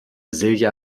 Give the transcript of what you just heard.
silja